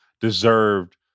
deserved